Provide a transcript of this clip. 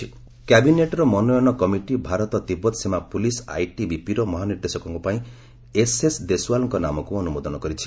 Deswal ITBP କ୍ୟାବିନେଟ୍ର ମନୋନୟନ committee Bharat Tibbat ସୀମା ପୁଲିସ୍ ଆଇଟିବିପିର ମହାନିର୍ଦ୍ଦେଶକ ପାଇଁ ଏସ୍ଏସ୍ ଦେଶୱାଲଙ୍କ ନାମକୁ ଅନୁମୋଦନ କରିଛି